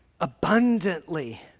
abundantly